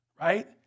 right